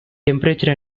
temperature